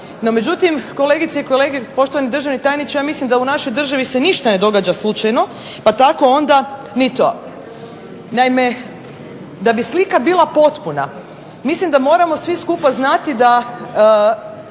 međutim, kolegice i kolege, poštovani državni tajniče ja mislim da se u našoj državni ništa ne događa slučajno pa tako onda ni to. Naime, da bi bila slika potpuna mislim da moram svi skupa znati da